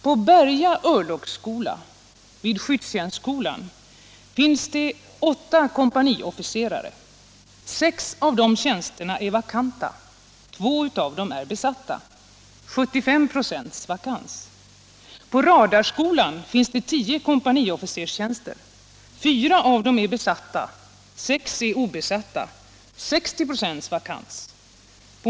Vid skyddstjänstskolan på Berga örlogskolor finns det 8 kompaniofficerare — 6 av de tjänsterna är vakanta, 2 av dem är besatta. Det är 75 26 vakans. På radarskolan finns det 10 kompaniofficerstjänster — 4 av dem är besatta i dag, 6 är obesatta. 60 26 vakans alltså.